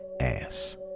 ass